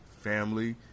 family